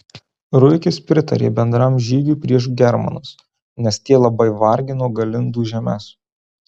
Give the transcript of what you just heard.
ruikis pritarė bendram žygiui prieš germanus nes tie labai vargino galindų žemes